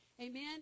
Amen